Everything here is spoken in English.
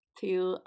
till